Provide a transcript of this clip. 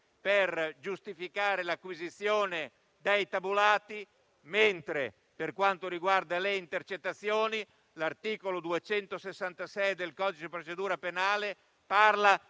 per giustificare l'acquisizione dei tabulati, mentre, per quanto riguarda le intercettazioni, l'articolo 266 del codice di procedura penale parla